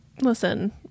Listen